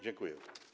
Dziękuję.